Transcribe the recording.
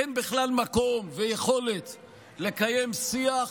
אין בכלל מקום ויכולת לקיים שיח